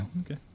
Okay